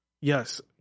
Yes